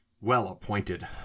well-appointed